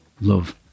love